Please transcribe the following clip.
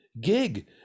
gig